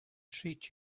treat